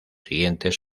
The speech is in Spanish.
siguientes